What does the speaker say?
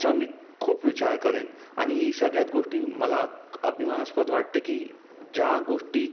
चा मी खूप विचार करेन आणि ही सगळ्यात गोष्टी मला अभिमानास्पद वाटते की ज्या गोष्टी